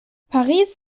paris